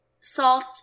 salt